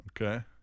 Okay